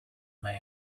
male